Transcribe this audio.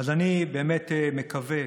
אז אני באמת מקווה